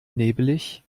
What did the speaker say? nebelig